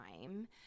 time